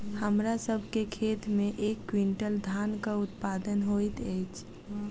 हमरा सभ के खेत में एक क्वीन्टल धानक उत्पादन होइत अछि